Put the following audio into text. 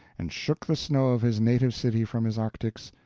and shook the snow of his native city from his arctics,